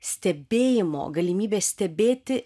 stebėjimo galimybė stebėti